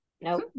Nope